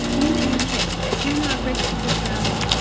in the u. k, during our brexit referendum,